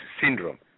syndrome